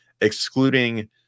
excluding